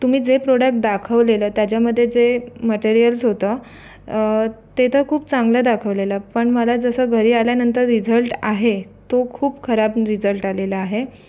तुम्ही जे प्रोडॅक दाखवलेलं त्याच्यामध्ये जे मटेरियल्स होतं ते तर खूप चांगलं दाखवलेलं पण मला जसं घरी आल्यानंतर रिझल्ट आहे तो खूप खराब रिजल्ट आलेला आहे